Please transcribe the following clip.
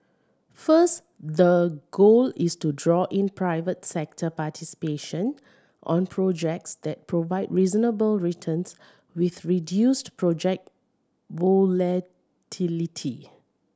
first the goal is to draw in private sector participation on projects that provide reasonable returns with reduced project volatility